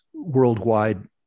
worldwide